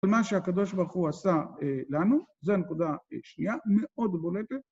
כל מה שהקב"ה עשה לנו, זו הנקודה השנייה, מאוד בולטת.